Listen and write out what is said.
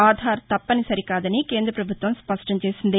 ఆధార్ తప్పనిసరి కాదని కేంద్ర పభుత్వం స్పష్టం చేసింది